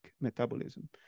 metabolism